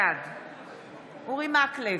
בעד אורי מקלב,